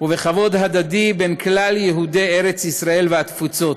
ובכבוד הדדי בין כלל יהודי ארץ ישראל והתפוצות.